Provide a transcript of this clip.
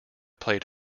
played